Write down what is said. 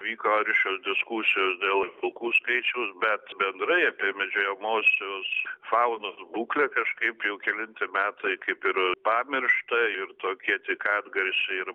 vyko aršios diskusijos dėl vilkų skaičiaus bet bendrai apie medžiojamosios faunos būklę kažkaip jau kelinti metai kaip ir pamiršta ir tokie tik atgarsiai ir